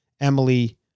Emily